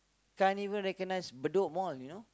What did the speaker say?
can't even recognise Bedok Mall you know